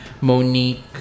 Monique